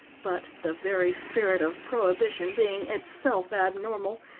but the very spirit of prohibition being itself abnormal,